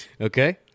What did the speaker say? Okay